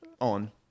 on